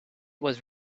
was